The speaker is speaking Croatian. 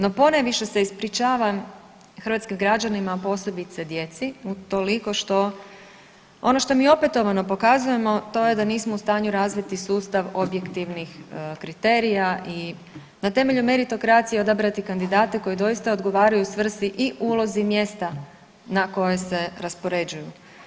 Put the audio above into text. No ponajviše se ispričavam hrvatskim građanima, a posebice djeci utoliko što ono što mi opetovano pokazujemo to je da nismo u stanju razviti sustav objektivnih kriterija i na temelju meritokracije odabrati kandidate koji doista odgovaraju svrsi i ulozi mjesta na koje se raspoređuju.